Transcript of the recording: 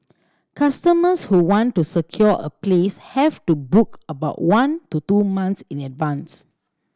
customers who want to secure a place have to book about one to two months in advance